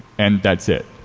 and that's it.